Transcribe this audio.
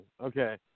Okay